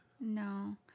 No